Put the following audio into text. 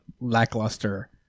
lackluster